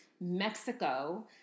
mexico